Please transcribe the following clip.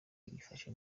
yifashe